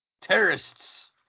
Terrorists